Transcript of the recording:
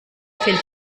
fehlt